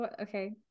okay